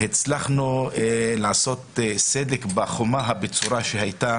הצלחנו לעשות סדק בחומה הבצורה שהייתה